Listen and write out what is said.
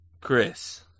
Chris